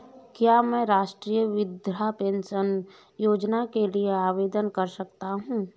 क्या मैं राष्ट्रीय वृद्धावस्था पेंशन योजना के लिए आवेदन कर सकता हूँ?